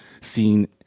seen